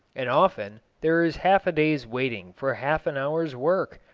and often there is half a day's waiting for half an hour's work,